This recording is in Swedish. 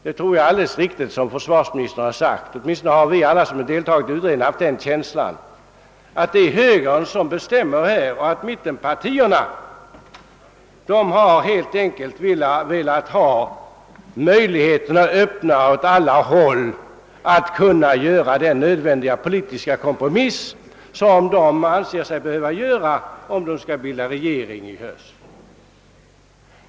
Det är alldeles riktigt som försvarsministern framhållit — i varje fall har vi som deltagit i utredningsarbetet haft den känslan — att det är högern som bestämmer härvidlag och att mittenpartierna helt enkelt velat hålla möjligheterna öppna åt alla håll att kunna göra den politiska kompromiss som de finner nödvändig om de skall bilda regering i höst.